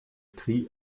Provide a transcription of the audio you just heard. tri